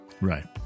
Right